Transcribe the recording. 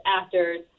actors